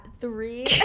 three